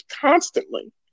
constantly